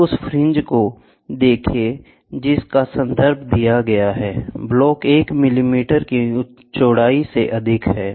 अब उस फ्रिंज को देखे जिसका संदर्भ दिया गया है ब्लॉक 1 मिलीमीटर की चौड़ाई से अधिक है